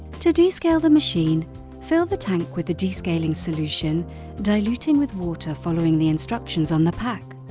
to descale the machine fill the tank with the descaling solution diluting with water following the instructions on the pack.